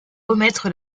remettre